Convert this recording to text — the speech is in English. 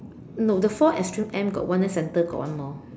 no the four extreme end got one then the center got one more